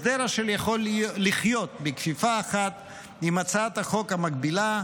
הסדר אשר יכול לחיות בכפיפה אחת עם הצעת החוק המקבילה,